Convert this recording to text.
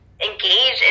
Engage